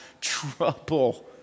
trouble